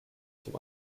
zum